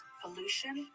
pollution